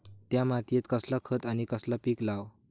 त्या मात्येत कसला खत आणि कसला पीक लाव?